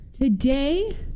today